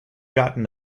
gotten